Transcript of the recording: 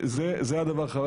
חבל,